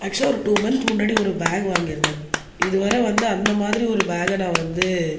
ஆக்ச்சுவலாக ஒரு two month முன்னாடி ஒரு பேக் வாங்கியிருந்தேன் இதுவரை வந்து அந்த மாதிரி ஒரு பேக்கை நான் வந்து